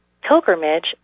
pilgrimage